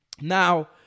Now